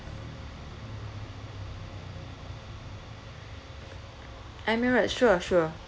emirates sure sure